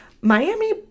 Miami